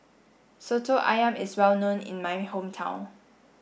Soto Ayam is well known in my hometown